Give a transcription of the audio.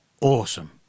awesome